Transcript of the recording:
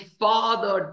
father